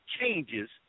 changes